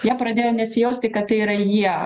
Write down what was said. jie pradėjo nesijausti kad tai yra jie